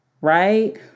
Right